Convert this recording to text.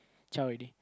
already